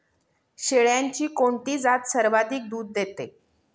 शेळ्यांची कोणती जात सर्वाधिक दूध देते?